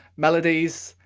melodies,